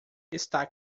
está